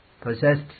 possessed